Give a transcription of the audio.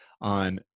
on